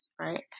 right